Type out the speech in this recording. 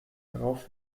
darauf